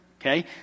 Okay